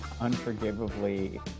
unforgivably